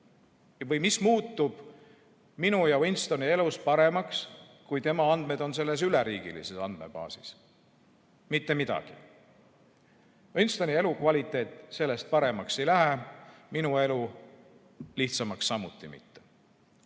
Mis muutub minu ja Winstoni elus paremaks, kui tema andmed on selles üleriigilises andmebaasis? Mitte midagi. Winstoni elukvaliteet sellest paremaks ei lähe, minu elu lihtsamaks samuti mitte.